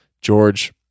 George